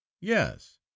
Yes